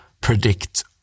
predict